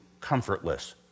comfortless